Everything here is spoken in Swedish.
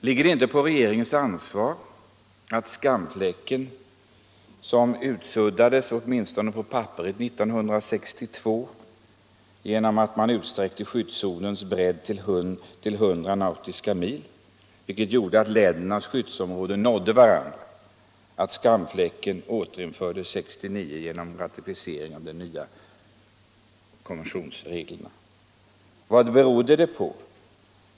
Ligger det inte på regeringens ansvar att skamfläcken, som utsuddades åtminstone på papperet 1962 genom att man utsträckte skyddszonens bredd till 100 nautiska mil, vilket gjorde att ländernas skyddsområden nådde varandra, återinfördes 1969 genom ratificeringen av de nya konventionsreglerna? Vad berodde det på?